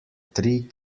tri